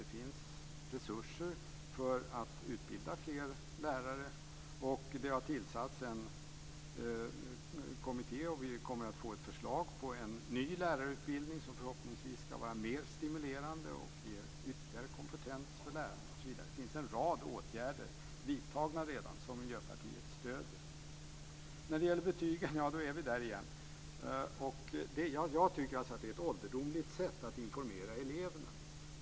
Det finns resurser för att utbilda fler lärare, och det har tillsatts en kommitté. Vi kommer att få ett förslag till en ny lärarutbildning som förhoppningsvis ska vara mer stimulerande och ge ytterligare kompetens för lärarna osv. Det finns en rad åtgärder vidtagna redan som Miljöpartiet stöder. Betygen - där är vi igen: Jag tycker att det är ett ålderdomligt sätt att informera eleverna.